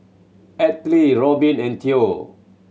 Altie Robyn and Theo